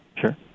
sure